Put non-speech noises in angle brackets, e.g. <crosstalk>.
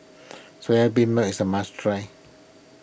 Soya <unintelligible> is a must try